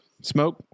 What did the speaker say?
Smoke